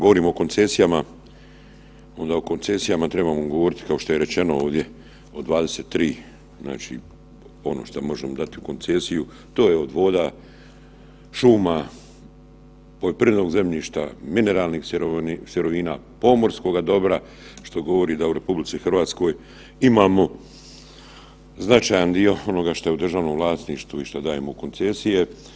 govorimo o koncesijama onda o koncesijama trebamo govorit kao što je rečeno ovdje, od 23, znači ono što možemo dati u koncesiju, to je od voda, šuma, poljoprivrednog zemljišta, mineralnih sirovina, pomorskoga dobra što govori da u RH imamo značajan dio onoga što je u državnom vlasništvu i što dajemo u koncesije.